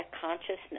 consciousness